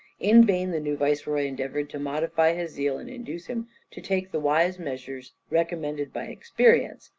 in vain the new viceroy endeavoured to modify his zeal and induce him to take the wise measures recommended by experience.